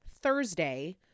Thursday